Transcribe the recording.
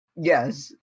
Yes